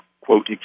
quote